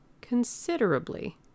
considerably